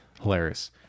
Hilarious